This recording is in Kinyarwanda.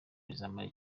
bizamara